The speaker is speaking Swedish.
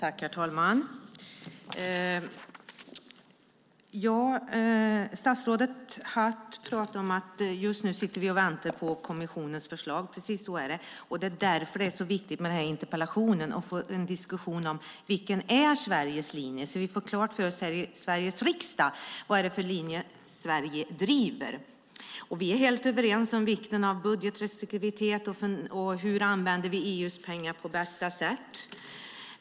Herr talman! Statsrådet Hatt säger att vi just nu väntar på kommissionens förslag. Så är det. Den här interpellationsdebatten är viktig så att vi får en diskussion om vad som är Sveriges linje, att vi i Sveriges riksdag får klart för oss vad det är för linje Sverige driver. Vi är helt överens om vikten av budgetrestriktivitet och om hur vi använder EU:s pengar på bästa sätt.